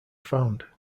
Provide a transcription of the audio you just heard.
found